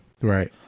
Right